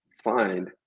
find